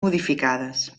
modificades